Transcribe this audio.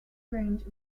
range